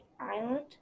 island